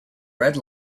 red